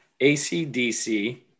ACDC